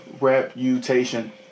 reputation